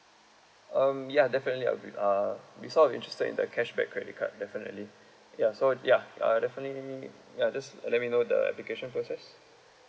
um ya definitely I'll be uh we sort of interested in the cashback credit card definitely ya so ya uh definitely ya just let me know the application process